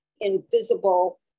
invisible